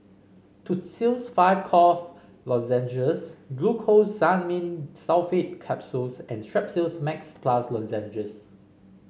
Tussils five Cough Lozenges Glucosamine Sulfate Capsules and Strepsils Max Plus Lozenges